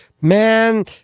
Man